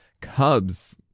Cubs